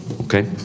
Okay